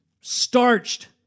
starched